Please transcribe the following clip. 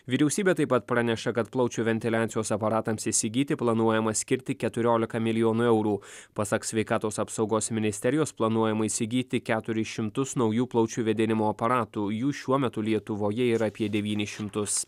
vyriausybė taip pat praneša kad plaučių ventiliacijos aparatams įsigyti planuojama skirti keturiolika milijonų eurų pasak sveikatos apsaugos ministerijos planuojama įsigyti keturis šimtus naujų plaučių vėdinimo aparatų jų šiuo metu lietuvoje yra apie devynis šimtus